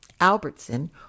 Albertson